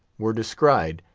were descried,